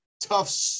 tough